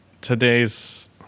today's